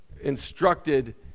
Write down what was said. instructed